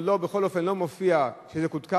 או בכל אופן זה לא מופיע שזה קודד,